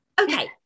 Okay